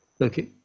Okay